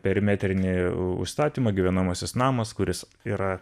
perimetrinį u užstatymą gyvenamasis namas kuris yra